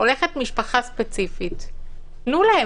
הולכת משפחה ספציפית, תנו להם.